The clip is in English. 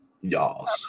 Y'all